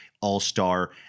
All-Star